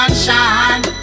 sunshine